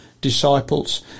disciples